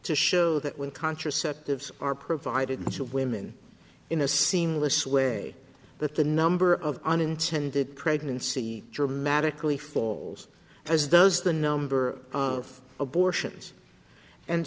to show that when contraceptives are provided to women in a seamless way that the number of unintended pregnancy dramatically falls as does the number of abortions and